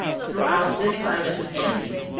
throughout this side of the andes,